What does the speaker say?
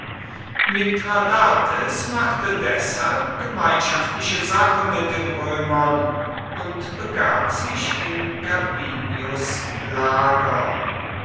mithradates machte deshalb gemeinschaftliche sache mit den römern und begab sich in gabinius lager